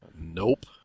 Nope